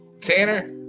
Tanner